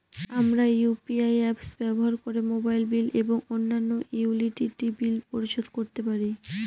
আমরা UPI apps ব্যবহার করে মোবাইল বিল এবং অন্যান্য ইউটিলিটি বিল পরিশোধ করতে পারি